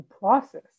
process